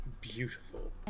beautiful